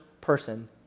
person